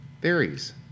Theories